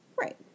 Right